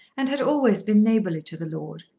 and had always been neighbourly to the lord.